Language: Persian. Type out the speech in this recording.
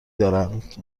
دارند